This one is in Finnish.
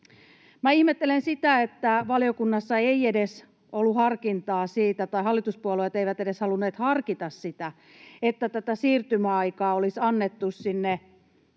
Minä ihmettelen sitä, että valiokunnassa hallituspuolueet eivät edes halunneet harkita sitä, että tätä siirtymäaikaa olisi annettu sinne